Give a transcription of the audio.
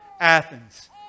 Athens